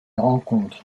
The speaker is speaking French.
rencontre